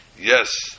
Yes